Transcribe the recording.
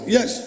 Yes